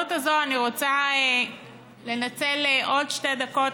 בהזדמנות הזאת אני רוצה לנצל עוד שתי דקות